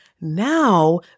Now